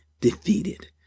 defeated